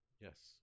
yes